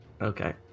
Okay